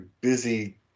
busy